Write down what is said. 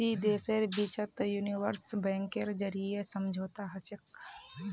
दी देशेर बिचत यूनिवर्सल बैंकेर जरीए समझौता हछेक